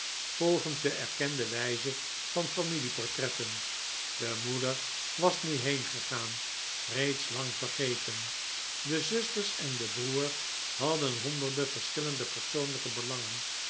volgens de erkende wijze van familie-portretten de moeder was nu heengegaan reeds lang vergeten de zusters en de broer hadden honderden verschillende persoonlijke belangen